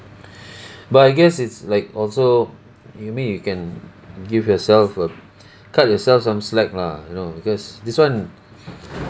but I guess it's like also you mean you can give yourself a cut yourself some slack lah you know because this one